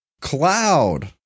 cloud